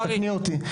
לצערי.